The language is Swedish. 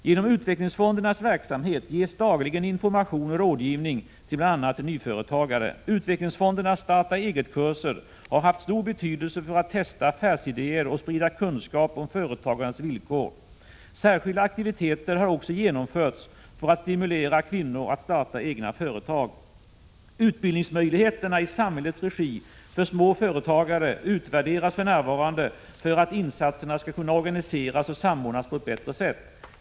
Genom utvecklingsfondernas verksamhet ges dagligen information och rådgivning till bl.a. nyföretagare. Utvecklingsfondernas starta-eget-kurser har haft stor betydelse för att testa affärsidéer och sprida kunskap om företagandets villkor. Särskilda aktiviteter har också genomförts för att stimulera kvinnor att starta egna företag. Utbildningsmöjligheterna i samhällets regi för småföretagare utvärderas för närvarande för att insatserna skall kunna organiseras och samordnas på ett bättre sätt.